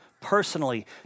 personally